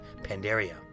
Pandaria